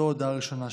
זו ההודעה הראשונה שלי.